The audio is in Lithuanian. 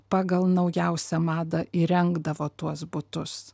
pagal naujausią madą įrengdavo tuos butus